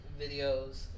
videos